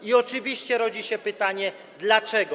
I oczywiście rodzi się pytanie: Dlaczego?